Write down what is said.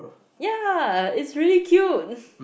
ya it's really cute